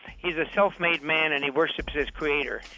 he's a self-made man and he worships his creator.